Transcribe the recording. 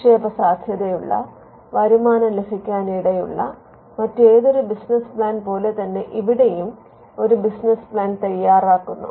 നിക്ഷേപസാദ്ധ്യതയുള്ള വരുമാനം ലഭിക്കാനിടയുള്ള മറ്റേതൊരു ബിസിനസ്സ് പ്ലാൻ പോലെ തന്നെ ഇവിടെയും ഒരു ബിസിനസ്സ് പ്ലാൻ തയ്യാറാക്കുന്നു